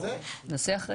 מי נמנע?